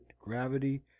gravity